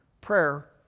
prayer